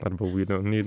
arba we dont need